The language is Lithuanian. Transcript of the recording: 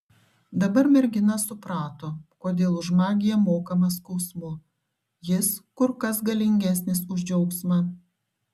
dabar mergina suprato kodėl už magiją mokama skausmu jis kur kas galingesnis už džiaugsmą